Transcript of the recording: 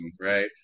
right